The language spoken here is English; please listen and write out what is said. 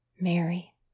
Mary